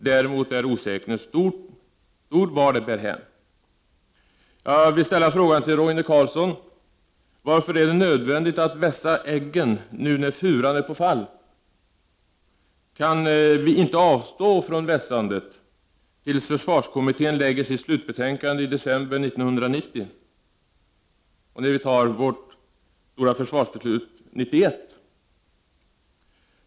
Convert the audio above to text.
Däremot är osäkerheten stor vart det bär hän. Jag vill ställa frågan till Roine Carlsson: Varför är det nödvändigt att vässa eggen nu när furan är på fall? Kan vi inte avstå från vässandet tills försvarskommittén lägger sitt slutbetänkande i december 1990 och vi fattar försvarsbeslut 1991?